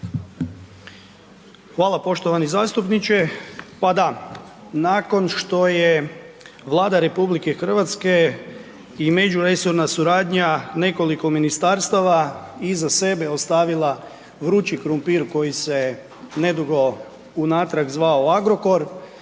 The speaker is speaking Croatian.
Hvala poštovani zastupniče. Pa da, nakon što je Vlada RH i međuresorna suradnja nekoliko ministarstava iza sebe ostavila vrući krumpir koji se nedugo unatrag zvao Agrokor.